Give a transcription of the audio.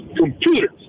computers